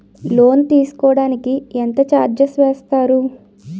Loan తీసుకోడానికి ఎంత charges వేస్తారు?